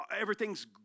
everything's